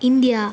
India